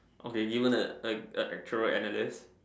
okay given a a a actual analysis